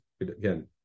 again